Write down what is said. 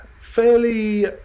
fairly